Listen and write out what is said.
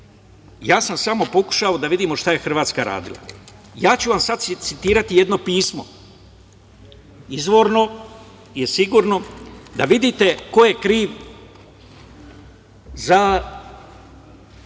ja sam samo pokušao da vidimo šta je Hrvatska radila. Ja ću vam sad citirati jedno pismo izvorno da vidite ko je kriv za